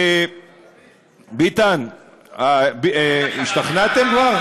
ביטן, השתכנעתם כבר?